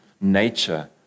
nature